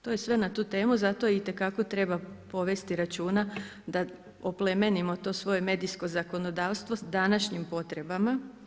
To je sve na tu temu, zato itekako treba povesti računa da oplemenimo to svoje medijsko zakonodavstvo s današnjim potrebama.